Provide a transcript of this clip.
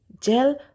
gel